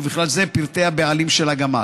ובכלל זה פרטי הבעלים של הגמל,